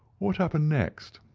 what happened next?